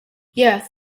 yes